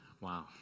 Wow